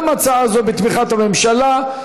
גם הצעה זו בתמיכת הממשלה.